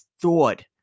thought